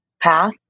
path